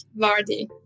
Vardy